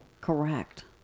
correct